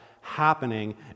happening